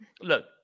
look